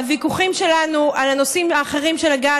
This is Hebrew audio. הוויכוחים שלנו על הנושאים האחרים של הגז,